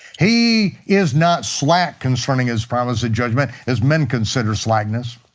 he is not slack concerning his promise of judgment, as men consider slackness.